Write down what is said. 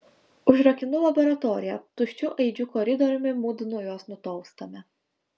užrakinu laboratoriją tuščiu aidžiu koridoriumi mudu nuo jos nutolstame